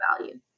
value